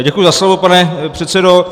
Děkuji za slovo, pane předsedo.